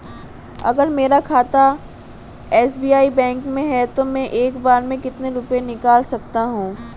अगर मेरा खाता एस.बी.आई बैंक में है तो मैं एक बार में कितने रुपए निकाल सकता हूँ?